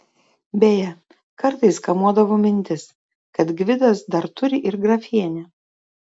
beje kartais kamuodavo mintis kad gvidas dar turi ir grafienę